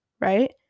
right